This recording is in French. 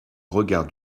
regard